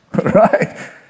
right